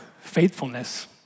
faithfulness